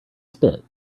spit